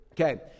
Okay